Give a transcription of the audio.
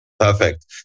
Perfect